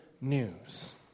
news